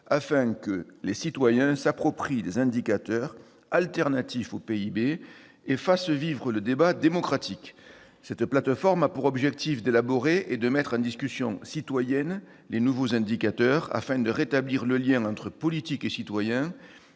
afin que les citoyens s'approprient les indicateurs alternatifs au PIB et fassent vivre le débat démocratique. Cette plateforme a pour vocation l'élaboration et la mise en débat citoyen les nouveaux indicateurs, afin de rétablir le lien entre politiques et citoyens